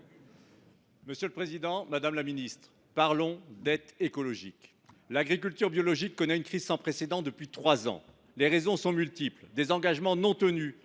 et de la forêt. Madame la ministre, parlons dette écologique ! L’agriculture biologique connaît une crise sans précédent depuis trois ans. Les raisons en sont multiples : des engagements non tenus,